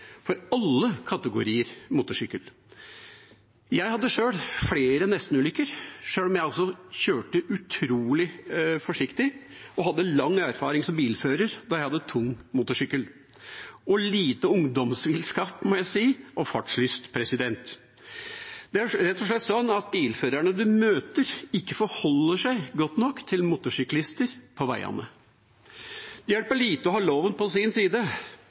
for alle kategorier motorsykkel. Jeg hadde sjøl flere nestenulykker, sjøl om jeg kjørte utrolig forsiktig og hadde lang erfaring som bilfører da jeg hadde tung motorsykkel – og lite ungdomsvillskap og fartslyst, må jeg si. Det er rett og slett sånn at bilførerne man møter, ikke forholder seg godt nok til motorsyklister på veiene. Det hjelper lite å ha loven på sin side,